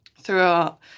throughout